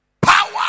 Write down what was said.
Power